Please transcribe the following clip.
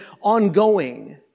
ongoing